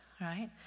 right